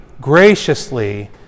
graciously